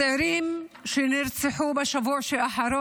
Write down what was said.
הצעירים שנרצחו בשבוע האחרון